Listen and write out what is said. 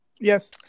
Yes